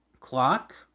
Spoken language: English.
clock